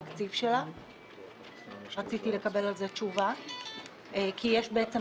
אני רוצה לקבל על זה תשובה כי יש לכנסת